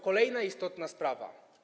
Kolejna istotna sprawa.